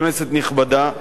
כנסת נכבדה,